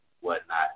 whatnot